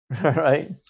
Right